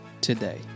today